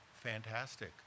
fantastic